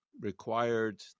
required